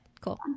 Cool